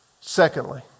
Secondly